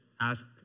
ask